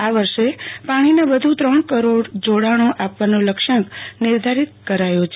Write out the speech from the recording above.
આ વર્ષે પાણીના વધુ ત્રણ કરોડ જોડાણી આપવાનો લક્ષ્યાંક નિર્ધારિત કરાયો છે